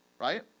right